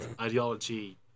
ideology